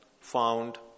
found